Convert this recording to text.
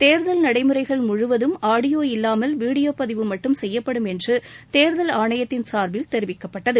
தேர்தல் நடைமுறைகள் முழுவதும் ஆடியோ இல்லாமல் வீடியோ பதிவு மட்டும் செய்யப்படும் என்று தேர்தல் ஆணையத்தின் சார்பில் தெரிவிக்கப்பட்டது